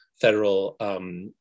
federal